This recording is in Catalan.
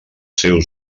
seus